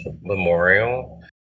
Memorial